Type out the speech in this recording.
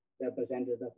representative